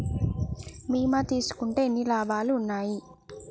బీమా తీసుకుంటే ఎన్ని లాభాలు ఉన్నాయి?